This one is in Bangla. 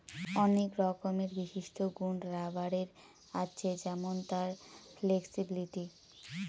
অনেক রকমের বিশিষ্ট গুন রাবারের আছে যেমন তার ফ্লেক্সিবিলিটি